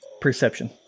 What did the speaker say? Perception